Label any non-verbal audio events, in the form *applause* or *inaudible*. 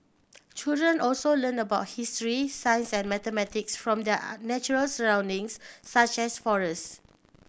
children also learn about history science and mathematics from their *unintelligible* natural surroundings such as forests